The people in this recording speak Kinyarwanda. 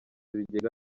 ibigega